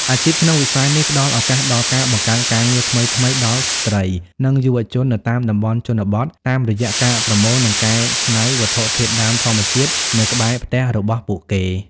អាជីពក្នុងវិស័យនេះផ្ដល់ឱកាសដល់ការបង្កើតការងារថ្មីៗដល់ស្រ្តី និងយុវជននៅតាមតំបន់ជនបទ តាមរយៈការប្រមូល និងកែច្នៃវត្ថុធាតុដើមធម្មជាតិនៅក្បែរផ្ទះរបស់ពួកគេ។